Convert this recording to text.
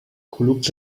کلوپ